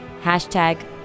Hashtag